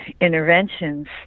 interventions